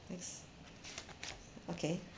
next okay